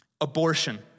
abortion